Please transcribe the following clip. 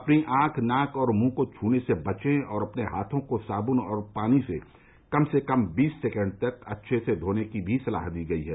अपनी आंख नाक और मुंह को छूने से बचने और अपने हाथों को साबुन और पानी से कम से कम बीस सेकेण्ड तक अच्छे से धोने की भी सलाह दी गई है